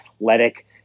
athletic